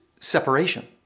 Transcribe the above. separation